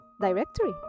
directory